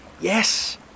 Yes